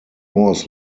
was